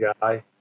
guy